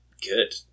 Good